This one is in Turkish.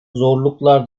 zorluklar